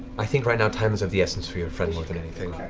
i think right now time is of the essence for your friend more than anything.